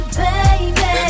baby